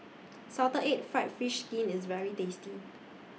Salted Egg Fried Fish Skin IS very tasty